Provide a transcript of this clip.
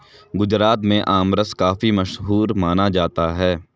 गुजरात में आमरस काफी मशहूर माना जाता है